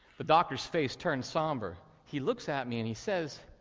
the doctor's face turned somber. he looks at me and he says,